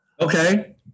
Okay